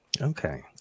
okay